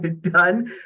done